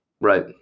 Right